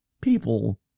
people